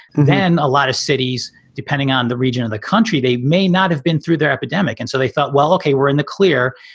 then a lot of cities, depending on the region of the country, they may not have been through their epidemic. and so they thought, well, ok, we're in the clear.